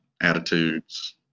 attitudes